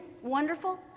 wonderful